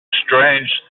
strange